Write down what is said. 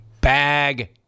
Bag